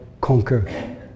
conquer